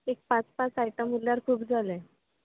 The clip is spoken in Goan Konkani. एक पांच पांच आयटम उरल्यार खूब जाले